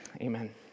amen